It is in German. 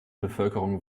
bevölkerung